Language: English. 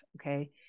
Okay